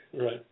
Right